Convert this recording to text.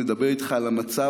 מדבר איתך על המצב,